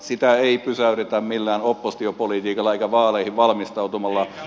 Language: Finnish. sitä ei pysäytetä millään oppositiopolitiikalla eikä vaaleihin valmistautumalla